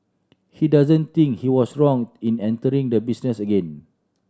he doesn't think he was wrong in entering the business again